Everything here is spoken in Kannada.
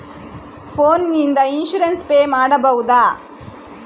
ಫೋನ್ ನಿಂದ ಇನ್ಸೂರೆನ್ಸ್ ಪೇ ಮಾಡಬಹುದ?